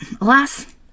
alas